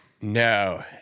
No